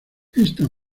esta